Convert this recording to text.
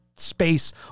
space